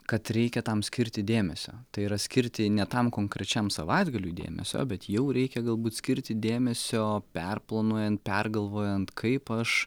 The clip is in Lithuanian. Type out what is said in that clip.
kad reikia tam skirti dėmesio tai yra skirti ne tam konkrečiam savaitgaliui dėmesio bet jau reikia galbūt skirti dėmesio perplanuojant pergalvojant kaip aš